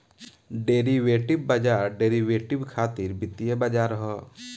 derivative बाजार derivative खातिर वित्तीय बाजार ह